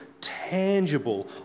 tangible